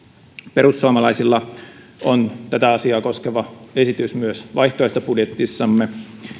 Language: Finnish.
perussuomalaisilla on tätä asiaa koskeva esitys myös vaihtoehtobudjetissamme